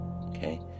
okay